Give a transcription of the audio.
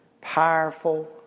powerful